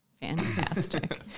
Fantastic